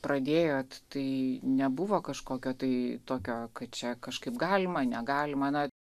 pradėjot tai nebuvo kažkokio tai tokio kad čia kažkaip galima negalima na